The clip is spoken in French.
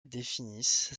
définissent